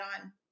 on